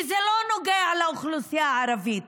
כי זה לא נוגע לאוכלוסייה הערבית,